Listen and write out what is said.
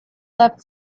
left